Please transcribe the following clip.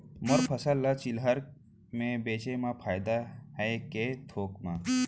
मोर फसल ल चिल्हर में बेचे म फायदा है के थोक म?